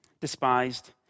despised